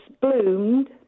bloomed